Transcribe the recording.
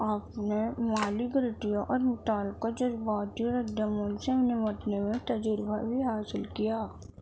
ہاں